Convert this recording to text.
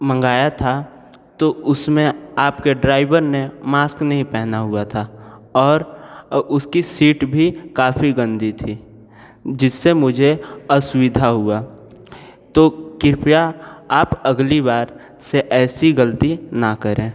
मंगाया था तो उसमें आप के ड्राइवर ने मास्क नहीं पहना हुआ था और उसकी सीट भी काफ़ी गंदी थी जिस से मुझे असुविधा हुई तो कृपया आप अगली बार से ऐसी ग़लती ना करें